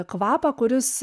kvapą kuris